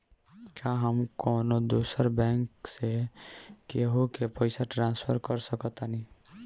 का हम कौनो दूसर बैंक से केहू के पैसा ट्रांसफर कर सकतानी?